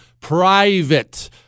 Private